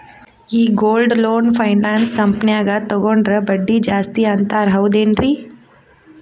ಈ gold loan finance ಕಂಪನ್ಯಾಗ ತಗೊಂಡ್ರೆ ಬಡ್ಡಿ ಜಾಸ್ತಿ ಅಂತಾರ ಹೌದೇನ್ರಿ?